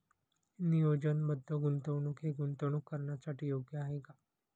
नियोजनबद्ध गुंतवणूक हे गुंतवणूक करण्यासाठी योग्य आहे का?